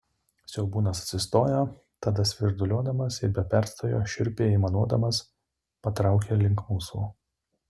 siaubūnas atsistojo tada svirduliuodamas ir be perstojo šiurpiai aimanuodamas patraukė link mūsų